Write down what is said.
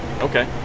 Okay